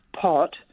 pot